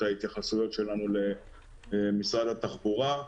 את ההתייחסויות שלנו למשרד התחבורה.